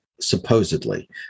supposedly